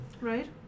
Right